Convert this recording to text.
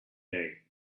day